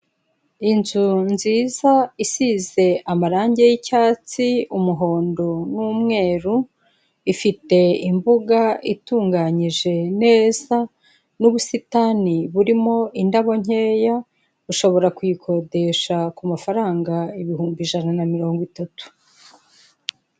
Inzu nziza isize amarange y'icyatsi, umuhondo, n'umweru, ifite imbuga itunganyije neza, n'ubusitani burimo indabo nkeya, ushobora kuyikodesha ku mafaranga ibihumbi ijana na mirongo itatu.